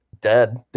dead